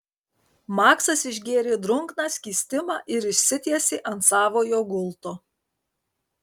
maksas išgėrė drungną skystimą ir išsitiesė ant savojo gulto